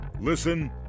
Listen